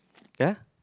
ya